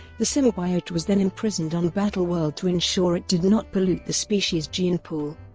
the symbiote was then imprisoned on battleworld to ensure it did not pollute the species' gene pool.